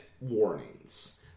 warnings